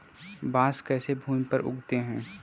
बांस कैसे भूमि पर उगते हैं?